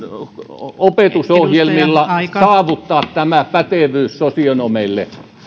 opetusohjelmilla saavuttaa tämä pätevyys sosionomeille